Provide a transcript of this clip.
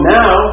now